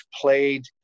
played